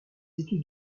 études